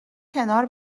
کنار